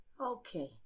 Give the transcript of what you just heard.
Okay